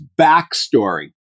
backstory